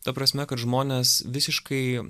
ta prasme kad žmonės visiškai